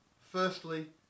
Firstly